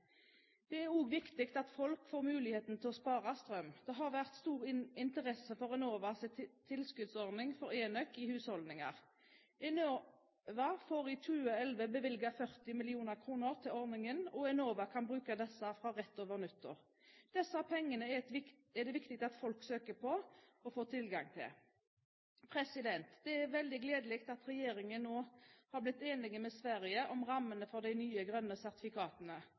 Det er også viktig at folk får muligheten til å spare strøm. Det har vært stor interesse for Enovas tilskuddsordning for enøk i husholdninger. Enova får i 2011 bevilget 40 mill. kr til ordningen, og Enova kan bruke disse fra rett over nyttår. Disse pengene er det viktig at folk søker på, og får tilgang til. Det er veldig gledelig at regjeringen nå har blitt enig med Sverige om rammene for de nye grønne sertifikatene.